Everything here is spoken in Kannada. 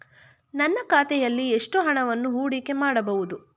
ನನ್ನ ಖಾತೆಯಲ್ಲಿ ಎಷ್ಟು ಹಣವನ್ನು ಹೂಡಿಕೆ ಮಾಡಬಹುದು?